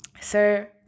sir